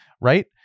right